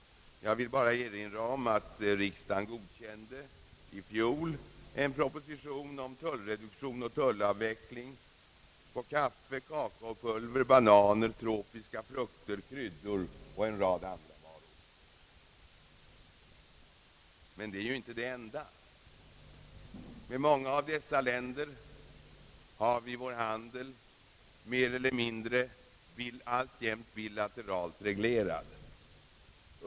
Jag vill bara nämna att riksdagen i fjol godkände en proposition om reduktion eller avveckling av tullen på kaffe, kakaopulver, bananer, tropiska frukter, kryddor och en rad andra varor: Med många av dessa länder har vi dessutom alltjämt vår handel mer eller mindre bilateralt reglerad.